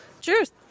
Cheers